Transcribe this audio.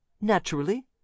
Naturally